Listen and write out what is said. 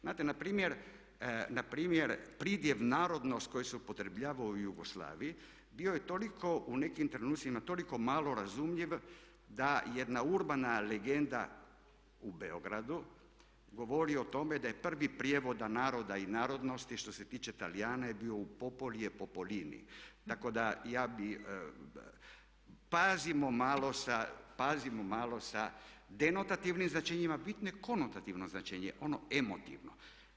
Znate npr. pridjev narodnost koji se upotrjebljavao u Jugoslaviji bio je toliko, u nekim trenutcima toliko malo razumljiv da jedna urbana legenda u Beogradu govori o tome da je prvi prijevod naroda i narodnosti što se tiče Talijana je bio "popoli e popolini" tako da, ja bih pazimo malo sa denotativnim značenjima, bitno je konotativno značenje, ono emotivno.